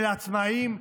אלה עצמאים,